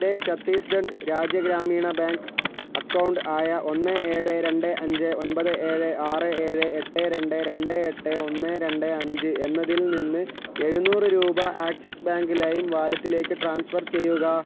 എൻ്റെ ചണ്ഡീസ്ഗഡ് രാജ്യ ഗ്രാമീണ ബാങ്ക് അക്കൗണ്ട് ആയ ഒന്ന് ഏഴ് രണ്ട് അഞ്ച് ഒൻപത് ഏഴ് ആറ് ഏഴ് എട്ട് രണ്ട് രണ്ട് എട്ട് ഒന്ന് രണ്ട് അഞ്ച് എന്നതിൽ നിന്ന് എഴുന്നൂറ് രൂപ ആക്സിസ് ബാങ്ക് ലൈം വാലറ്റിലേക്ക് ട്രാൻസ്ഫർ ചെയ്യുക